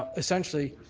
ah essentially.